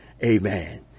Amen